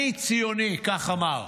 אני ציוני, כך אמר.